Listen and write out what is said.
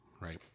Right